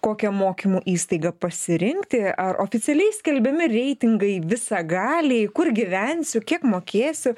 kokią mokymų įstaigą pasirinkti ar oficialiai skelbiami reitingai visagaliai kur gyvensiu kiek mokėsiu